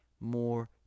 more